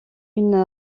une